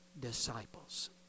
disciples